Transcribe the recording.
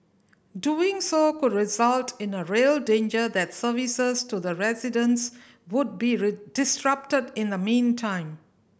doing so could result in a real danger that services to the residents would be disrupted in the meantime